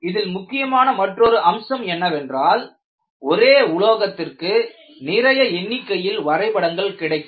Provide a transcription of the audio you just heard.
இதில் முக்கியமான மற்றொரு அம்சம் என்னவென்றால் ஒரே உலோகத்திற்கு நிறைய எண்ணிக்கையில் வரைபடங்கள் கிடைக்கும்